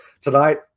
Tonight